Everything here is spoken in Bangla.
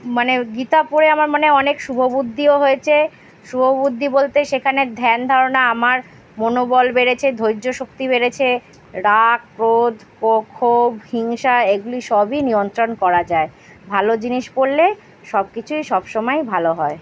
মানে গীতা পড়ে আমার মানে অনেক শুভ বুদ্ধিও হয়েছে শুভ বুদ্ধি বলতে সেখানের ধ্যান ধারণা আমার মনোবল বেড়েছে ধৈর্য শক্তি বেড়েছে রাগ ক্রোধ ও ক্ষোভ হিংসা এগুলি সবই নিয়ন্ত্রণ করা যায় ভালো জিনিস পড়লে সব কিছুই সবসময় ভালো হয়